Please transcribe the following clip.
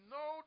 no